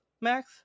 max